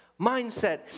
mindset